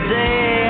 day